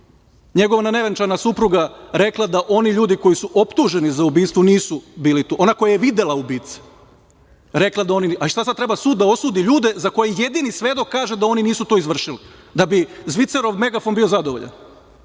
njegova nevenčana supruga rekla da oni ljudi koji su optuženi za ubistvo nisu bili tu. Ona koja je videla ubice. Sada treba sud da osudi ljude za koje jedini svedok kaže da oni nisu to izvršili, da bi Zvicerov megafon bio zadovoljan. Prema